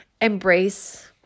embrace